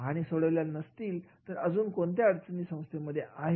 किंवा सोडवल्या नसतील तर अजून कोणत्या समस्यासंस्थेमध्ये आहेत